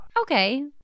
Okay